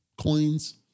coins